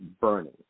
burning